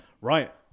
right